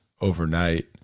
overnight